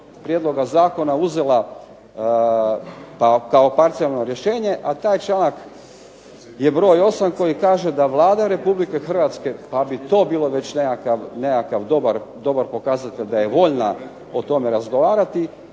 prijedloga zakona uzela kao parcijalno rješenje, a taj članak je br. 8. koji kaže da Vlada Republike Hrvatske pa bi to bilo već nekakav dobar pokazatelj da je voljna o tome razgovarati,